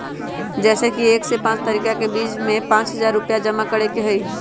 जैसे कि एक से पाँच तारीक के बीज में पाँच हजार रुपया जमा करेके ही हैई?